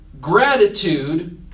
gratitude